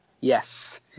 yes